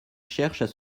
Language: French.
cherchent